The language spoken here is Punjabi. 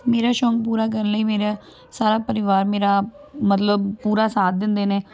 ਮੇਰਾ ਸ਼ੌਕ ਪੂਰਾ ਕਰਨ ਲਈ ਮੇਰਾ ਸਾਰਾ ਪਰਿਵਾਰ ਮੇਰਾ ਮਤਲਬ ਪੂਰਾ ਸਾਥ ਦਿੰਦੇ ਨੇ